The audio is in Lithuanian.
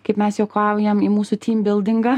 kaip mes juokaujam į mūsų tymbildingą